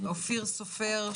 אופיר סופר,